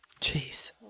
Jeez